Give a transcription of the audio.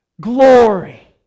Glory